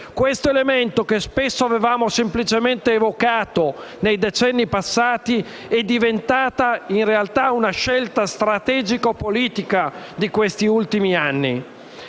Questo elemento, che spesso avevamo semplicemente evocato nei decenni passati, è diventato in realtà una scelta strategico-politica di questi ultimi anni.